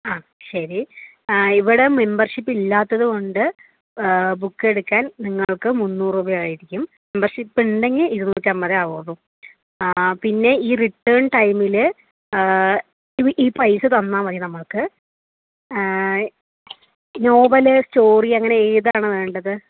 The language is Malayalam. ആ ശരി ഇവിടെ മെമ്പർഷിപ്പിലാത്തത് കൊണ്ട് ബുക്കെടുക്കാൻ നിങ്ങൾക്ക് മൂന്നൂറ് രൂപയായിരിക്കും മെമ്പർഷിപ്പുണ്ടെങ്കിൽ ഇരുന്നൂറ്റമ്പതേ ആവുകയുള്ളു പിന്നെ ഈ റിട്ടേൺ ടൈമില് ഈ ഈ പൈസ തന്നാൽ മതി നമ്മൾക്ക് നോവല് സ്റ്റോറി അങ്ങനെ ഏതാണ് വേണ്ടത്